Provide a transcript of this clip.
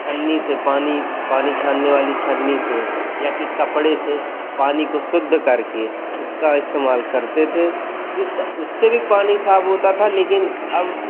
छन्नी से पानी पानी छानने वाली छन्नी से या कि कपड़े से पानी को शुद्ध करके उसका इस्तेमाल करते थे जिसका उससे भी पानी साफ़ होता था लेकिन अब